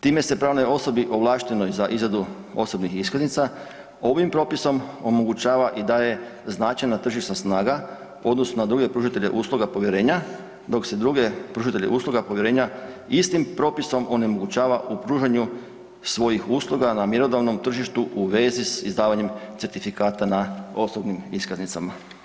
Time se pravnoj osobi ovlaštenoj za izradu osobnih iskaznica ovim propisom omogućava i daje značajna tržišna snaga u odnosu na druge pružatelje usluga povjerenja, dok se druge pružatelje usluge povjerenja istim propisom onemogućava u pružanju svojih usluga na mjerodavnom tržištu u vezi s izdavanjem certifikata na osobnim iskaznicama.